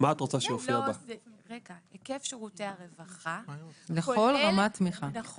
מה שקורה זה שהגורם המטפל שמדבר כאן, כמו